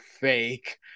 fake